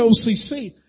OCC